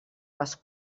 les